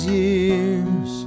years